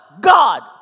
God